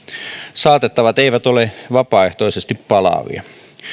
saatettavat eivät ole vapaaehtoisesti palaavia